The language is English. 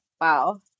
wow